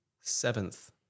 seventh